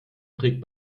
trägt